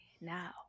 Now